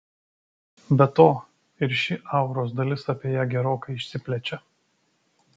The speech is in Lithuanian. be to ir ši auros dalis apie ją gerokai išsiplečia